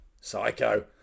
Psycho